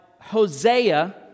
Hosea